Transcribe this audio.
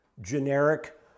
generic